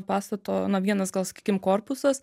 pastato na vienas gal sakykim korpusas